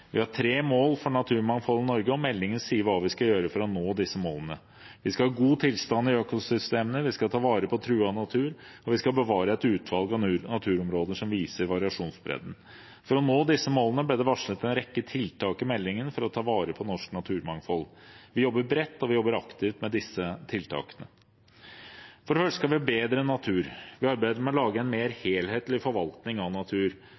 Vi har tre mål for naturmangfold i Norge, og meldingen sier hva vi skal gjøre for å nå disse målene. Vi skal ha god tilstand i økosystemene, vi skal ta vare på truet natur, og vi skal bevare et utvalg av naturområder som viser variasjonsbredden. For å nå disse målene ble det varslet en rekke tiltak i meldingen for å ta vare på norsk naturmangfold. Vi jobber bredt, og vi jobber aktivt med disse tiltakene. For det første skal vi ha bedre natur: Vi arbeider med å lage en mer helhetlig forvaltning av natur.